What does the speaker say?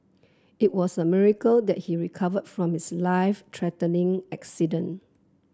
it was a miracle that he recovered from his life threatening accident